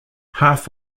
half